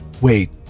Wait